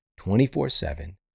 24-7